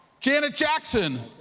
janet jackson,